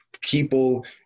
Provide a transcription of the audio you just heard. people